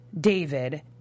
David